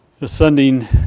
ascending